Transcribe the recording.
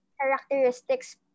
characteristics